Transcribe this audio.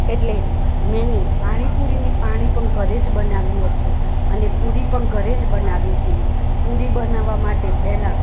એટલે મેને પાણીપુરીની પાણી પણ ઘરે જ બનાવ્યું હતું અને પુરી પણ ઘરે જ બનાવી હતી પુરી બનાવવા માટે પહેલાં